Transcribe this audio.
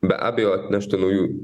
be abejo atneštų naujų